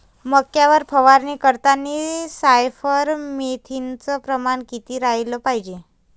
मक्यावर फवारनी करतांनी सायफर मेथ्रीनचं प्रमान किती रायलं पायजे?